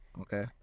Okay